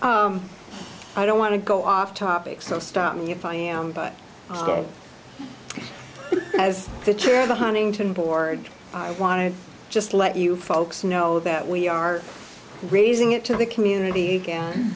but i don't want to go off topic so stop me if i am but as the chair of the huntington board i want to just let you folks know that we are raising it to the community again